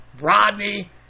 Rodney